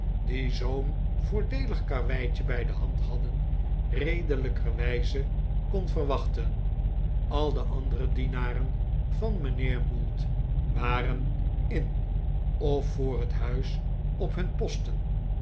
die zoo'n voordeelig karweitje bij de hand hadden redelijkerwijze kon verwachten al de andere dienaren van mijnheer mould waren in of voor het huis op hun posten